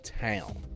town